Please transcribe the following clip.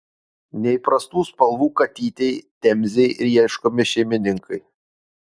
neįprastų spalvų katytei temzei ieškomi šeimininkai